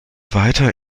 weiter